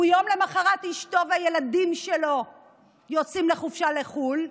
ויום למוחרת אשתו והילדים שלו יוצאים לחופשה לחו"ל,